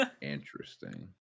Interesting